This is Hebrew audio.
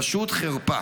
פשוט חרפה.